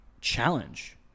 challenge